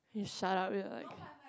you shut up you're like